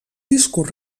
discurs